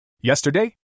Yesterday